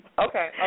okay